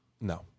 No